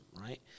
Right